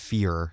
Fear